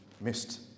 missed